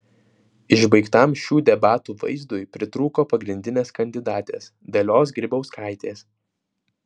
išbaigtam šių debatų vaizdui pritrūko pagrindinės kandidatės dalios grybauskaitės